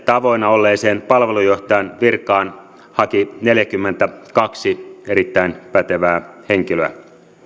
avoinna olleeseen palvelujohtajan virkaan haki neljänkymmenenkahden erittäin pätevää henkilöä